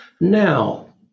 Now